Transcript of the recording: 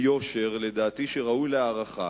ביושר שלדעתי ראוי להערכה,